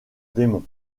démons